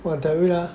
well that week ah